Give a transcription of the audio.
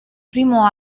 primo